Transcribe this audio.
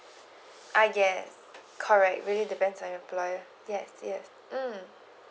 ah yeah correct really depends on your employer yes yes mm